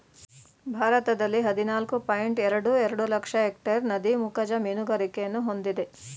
ಭಾರತದಲ್ಲಿ ಹದಿನಾಲ್ಕು ಪಾಯಿಂಟ್ ಎರಡು ಎರಡು ಲಕ್ಷ ಎಕ್ಟೇರ್ ನದಿ ಮುಖಜ ಮೀನುಗಾರಿಕೆಯನ್ನು ಹೊಂದಿದೆ